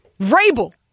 Vrabel